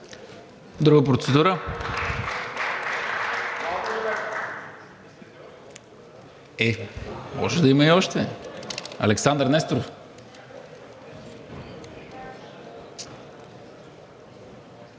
Може да има и още. Александър Несторов.